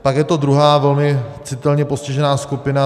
Pak je to druhá velmi citelně postižená skupina.